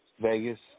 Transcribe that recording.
Vegas